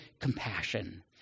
compassion